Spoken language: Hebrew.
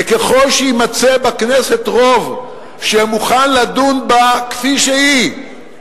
וככל שיימצא בכנסת רוב שמוכן לדון בה כפי שהיא,